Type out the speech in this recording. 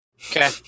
Okay